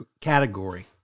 category